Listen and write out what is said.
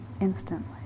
instantly